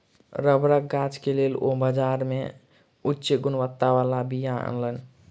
रबड़क गाछ के लेल ओ बाजार से उच्च गुणवत्ता बला बीया अनलैन